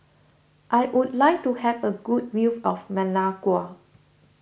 I would like to have a good view of Managua